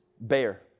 bear